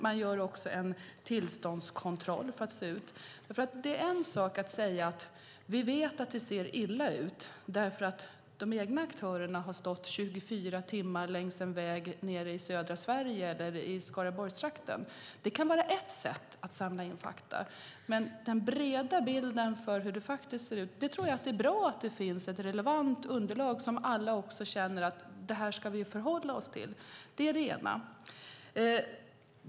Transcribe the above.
Man gör också en tillståndskontroll. Det går att säga att vi vet att det ser illa ut därför att de egna aktörerna har stått 24 timmar längs en väg nere i södra Sverige eller i Skaraborgstrakten. Det kan vara ett sätt att samla in fakta, men den breda bilden för hur det faktiskt ser ut tror jag att det är bra att det finns ett relevant underlag för som alla känner att det här ska vi förhålla oss till. Det är det ena.